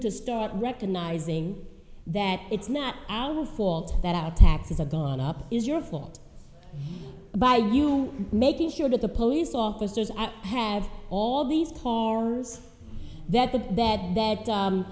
to start recognizing that it's not our fault that out taxes have gone up is your fault by you making sure that the police officers have all these cars that the that